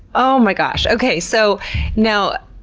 oh my gosh. okay. so now,